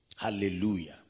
Hallelujah